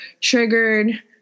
triggered